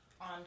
on